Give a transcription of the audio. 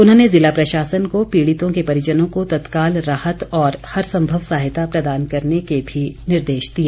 उन्होंने जिला प्रशासन को पीड़ितों के परिजनों को तत्काल राहत और हर संभव सहायता प्रदान करने के निर्देश भी दिए